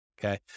Okay